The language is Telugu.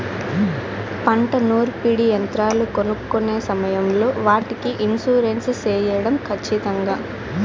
పంట నూర్పిడి యంత్రాలు కొనుక్కొనే సమయం లో వాటికి ఇన్సూరెన్సు సేయడం ఖచ్చితంగా?